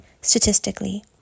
statistically